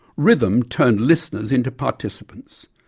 rhythm turned listeners into participants.